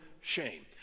shame